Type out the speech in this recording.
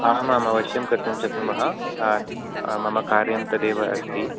आमाम् अवश्यं कर्तुं शक्नुमः मम कार्यं तदेव अस्ति